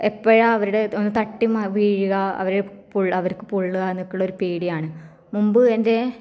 എപ്പോഴാണ് അവരുടെ തട്ടി മാ വീഴുക അവരെ പൊൾ അവർക്ക് പൊള്ളുക എന്നൊക്കെ ഉള്ളൊരു പേടിയാണ് മുമ്പ് എൻ്റെ